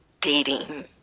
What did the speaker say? dating